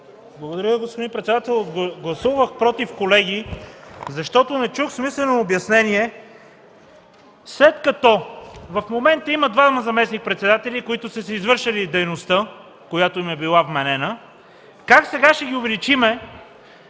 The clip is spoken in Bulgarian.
Благодаря, господин председател. Колеги, гласувах „против”, защото не чух смислено обяснение – след като в момента има двама заместник-председатели, които са си извършили дейността, която им е била вменена, как сега ще ги увеличим